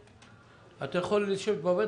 אתה יכול לשבת בבית,